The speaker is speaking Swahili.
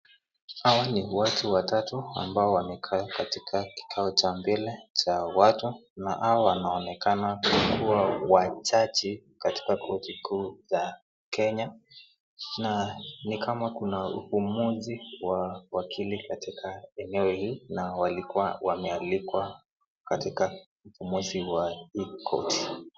Hawa ni watu watatu ambao wamekaa katika kikao cha mbele cha watu, na hawa wanaonekana kuwa wachache katika kio kikuu ya Kenya, na ni kama kuna uamuzi wa wakili katika eneo hii na walikuwa wamealikwa katika uamuzi wa hii koti.